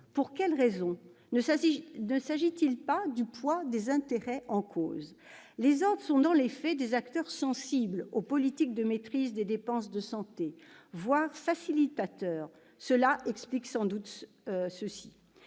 Pour quelles raisons ? Ne s'agit-il pas du poids des intérêts en cause ? Les ordres sont, dans les faits, des acteurs sensibles aux politiques de maîtrise des dépenses de santé, voire des facilitateurs. Ceci explique sans doute cela